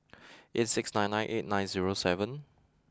eight six nine nine eight nine zero seven